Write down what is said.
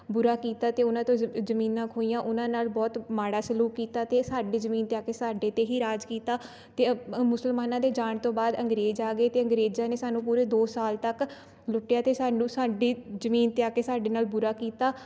ਬੁਰਾ ਕੀਤਾ ਅਤੇ ਉਹਨਾਂ ਤੋਂ ਜਮ ਜ਼ਮੀਨਾਂ ਖੋਹੀਆਂ ਉਹਨਾਂ ਨਾਲ ਬਹੁਤ ਮਾੜਾ ਸਲੂਕ ਕੀਤਾ ਅਤੇ ਸਾਡੀ ਜ਼ਮੀਨ 'ਤੇ ਆ ਕੇ ਸਾਡੇ 'ਤੇ ਹੀ ਰਾਜ ਕੀਤਾ ਅਤੇ ਮੁਸਲਮਾਨਾਂ ਦੇ ਜਾਣ ਤੋਂ ਬਾਅਦ ਅੰਗਰੇਜ਼ ਆ ਗਏ ਅਤੇ ਅੰਗਰੇਜ਼ਾਂ ਨੇ ਸਾਨੂੰ ਪੂਰੇ ਦੋ ਸਾਲ ਤੱਕ ਲੁੱਟਿਆ ਅਤੇ ਸਾਨੂੰ ਸਾਡੀ ਜ਼ਮੀਨ 'ਤੇ ਆ ਕੇ ਸਾਡੇ ਨਾਲ ਬੁਰਾ ਕੀਤਾ